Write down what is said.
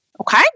Okay